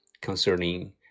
concerning